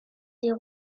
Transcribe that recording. des